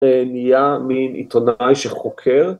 ‫נהיה מין עיתונאי שחוקר.